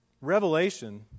Revelation